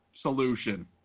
solution